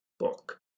Book